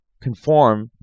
conform